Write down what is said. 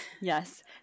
Yes